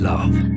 Love